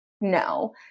No